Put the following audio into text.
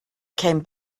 came